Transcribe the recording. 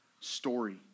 story